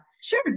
Sure